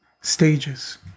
Stages